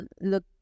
look